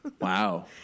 Wow